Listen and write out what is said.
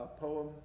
poem